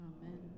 Amen